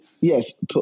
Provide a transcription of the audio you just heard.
Yes